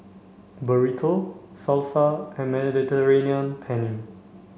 Burrito Salsa and Mediterranean Penne